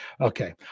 Okay